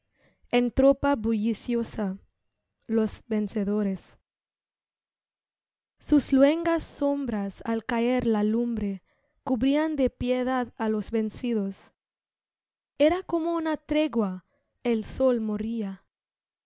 en tropa bulliciosa los vencedores sus luengas sombras al caer la lumbre cubrían de piedad á los yencidos era como una tregua el sol moría